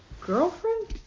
girlfriend